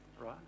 right